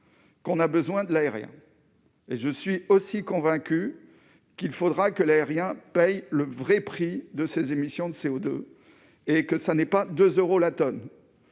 l'on a besoin de l'aérien, mais je suis également convaincu qu'il faudra que ce secteur paie le vrai prix de ses émissions de CO2 et que ce n'est pas 2 euros la tonne.